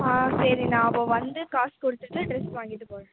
ஆ சரி நான் அப்போ வந்து காசு கொடுத்துட்டு டிரஸ் வாங்கிட்டு போகிறேன்